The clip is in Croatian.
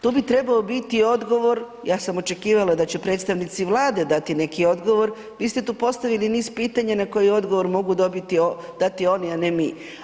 Tu bi trebao biti odgovor, ja sam očekivala da će predstavnici Vlade dati neki odgovor, vi ste tu postavili niz pitanja na koja odgovor mogu dobiti, dati oni, a ne mi.